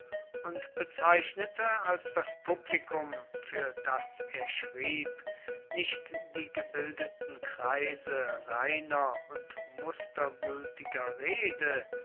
und bezeichnete als das publikum für das er schrieb nicht die gebildeten kreise reiner und mustergültiger rede